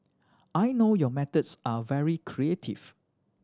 I know your methods are very creative